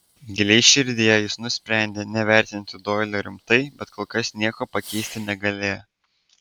giliai širdyje jis nusprendė nevertinti doilio rimtai bet kol kas nieko pakeisti negalėjo